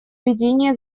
ведения